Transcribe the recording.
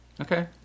Okay